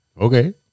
Okay